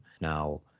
Now